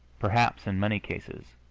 perhaps, in many cases,